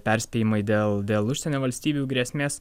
perspėjimai dėl dėl užsienio valstybių grėsmės